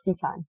time